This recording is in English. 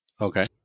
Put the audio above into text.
Okay